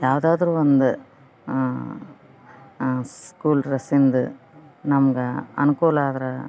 ಯಾವ್ದಾದರೂ ಒಂದು ಸ್ಕೂಲ್ ಡ್ರೆಸ್ಸಿಂದ ನಮ್ಗ ಅನುಕೂಲ ಆದ್ರ